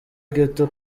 ghetto